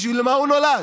בשביל מה הוא נולד?